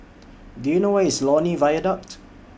Do YOU know Where IS Lornie Viaduct